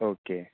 okay